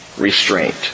restraint